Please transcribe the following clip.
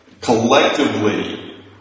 collectively